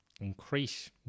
increase